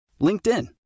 LinkedIn